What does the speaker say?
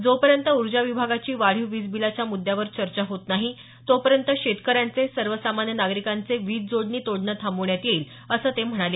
जोपर्यंत ऊर्जा विभागाची वाढीव वीज बिलाच्या मुद्द्यावर चर्चा होत नाही तोपर्यंत शेतकऱ्यांचे सर्वसामान्य नागरिकांचे वीज जोडणी तोडणं थांबण्यात येईल असं ते म्हणाले